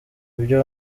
ibyo